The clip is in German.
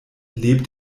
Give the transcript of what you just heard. lebt